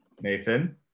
Nathan